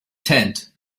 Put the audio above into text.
tent